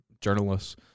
journalists